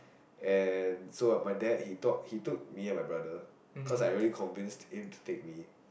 and so my dad he talk he took me and my brother cause I already convinced him to take me